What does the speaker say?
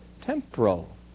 temporal